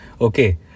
Okay